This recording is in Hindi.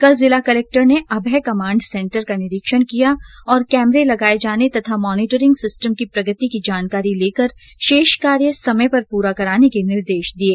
कल जिला कलक्टर ने अभय कमाण्ड सेन्टर का निरीक्षण किया और कैमरे लगाये जाने तथा मॉनिटरिंग सिस्टम की प्रगति की जानकारी लेकर शेष कार्य समय पर पूरा कराने के निर्देश दिये